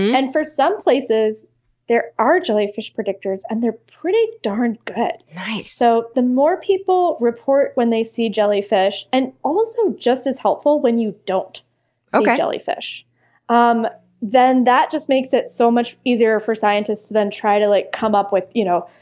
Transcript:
and for some places there are jellyfish predictors, and they're pretty darn good! nice! so the more people report when they see jellyfish and also just as helpful, when you don't um see jellyfish um that just makes it so much easier for scientists to then try to like come up with, you know,